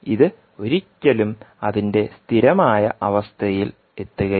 ഇത് ഒരിക്കലും അതിന്റെ സ്ഥിരമായ അവസ്ഥയിലെത്തുകയില്ല